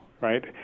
right